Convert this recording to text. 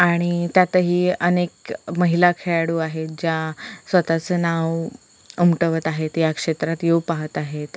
आणि त्यातही अनेक महिला खेळाडू आहेत ज्या स्वत चं नाव उमटवत आहेत या क्षेत्रात येऊ पाहात आहेत